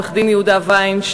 עורך-הדין יהודה וינשטיין.